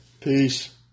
peace